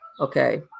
Okay